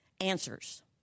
answers